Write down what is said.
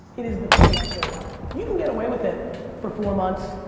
it is the thing i care about. you can get away with it for four months,